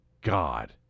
God